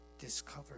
discovered